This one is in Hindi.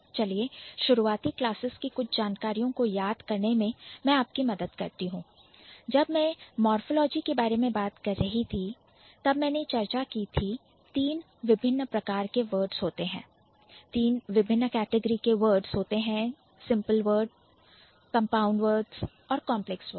चलिए शुरुआती क्लासेस की कुछ जानकारियों को याद करने में मैं आपकी मदद करती हूं जब मैं Morphology मोरफ़ोलॉजी के बारे में बात कर रही थी तब मैंने चर्चा की थी तीन विभिन्न प्रकार के वर्ड्स होते हैं तीन विभिन्न कैटेगरी के words Simple Words simple words Compound Words compound words और Complex Words कांप्लेक्स वर्ड्स